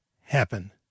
happen